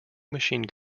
machine